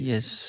Yes